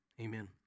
Amen